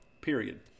period